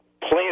plans